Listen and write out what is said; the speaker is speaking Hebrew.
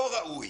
לא ראוי